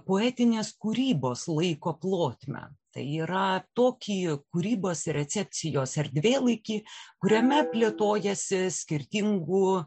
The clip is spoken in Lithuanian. poetinės kūrybos laiko plotmę tai yra tokį kūrybos recepcijos erdvėlaikį kuriame plėtojasi skirtingų